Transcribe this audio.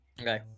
Okay